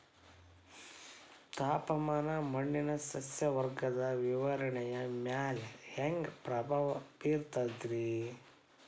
ತಾಪಮಾನ ಮಣ್ಣಿನ ಸಸ್ಯವರ್ಗದ ವಿತರಣೆಯ ಮ್ಯಾಲ ಹ್ಯಾಂಗ ಪ್ರಭಾವ ಬೇರ್ತದ್ರಿ?